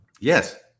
Yes